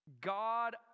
God